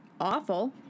awful